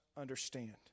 understand